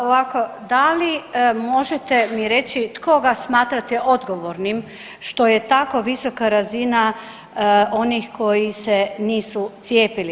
Ovako da li možete mi reći koga smatrate odgovornim što je tako visoka razina onih koji se nisu cijepili?